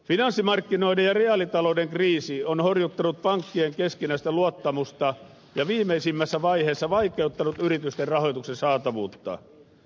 finanssimarkkinoiden ja reaalitalouden kriisi on horjuttanut pankkien keskinäistä luottamusta ja viimeisimmässä vaiheessa vaikeuttanut yritysten rahoituksen saatavuutta